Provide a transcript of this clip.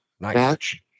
match